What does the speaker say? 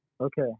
Okay